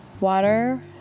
water